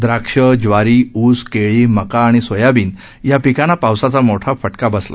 द्राक्ष ज्वारी ऊस केळी मका आणि सोयाबीन या पिकांना पावसाचा मोठा फटका बसला